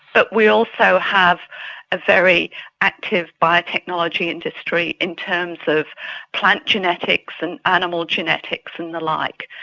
but we also have a very active biotechnology industry in terms of plant genetics and animal genetics and the like.